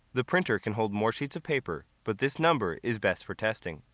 the printer can hold more sheets of paper, but this number is best for testing.